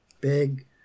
big